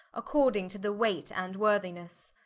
according to the weight and worthinesse